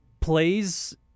plays